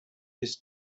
his